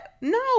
no